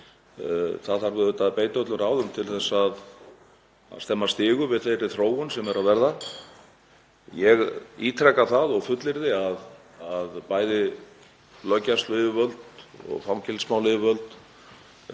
Það þarf auðvitað að beita öllum ráðum til að stemma stigu við þeirri þróun sem er að verða. Ég ítreka það og fullyrði að bæði löggæsluyfirvöld og fangelsismálayfirvöld